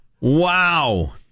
Wow